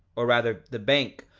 or rather the bank,